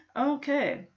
Okay